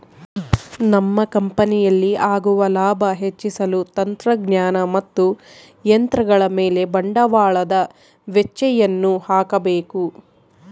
ನಮ್ಮ ಕಂಪನಿಯಲ್ಲಿ ಆಗುವ ಲಾಭ ಹೆಚ್ಚಿಸಲು ತಂತ್ರಜ್ಞಾನ ಮತ್ತು ಯಂತ್ರಗಳ ಮೇಲೆ ಬಂಡವಾಳದ ವೆಚ್ಚಯನ್ನು ಹಾಕಬೇಕು